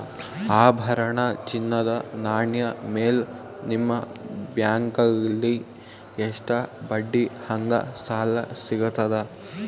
ಆಭರಣ, ಚಿನ್ನದ ನಾಣ್ಯ ಮೇಲ್ ನಿಮ್ಮ ಬ್ಯಾಂಕಲ್ಲಿ ಎಷ್ಟ ಬಡ್ಡಿ ಹಂಗ ಸಾಲ ಸಿಗತದ?